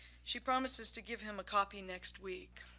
she promises to give him a copy next week.